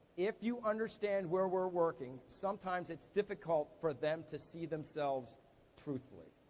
if you understand where we're working, sometimes it's difficult for them to see themselves truthfully.